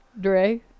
Dre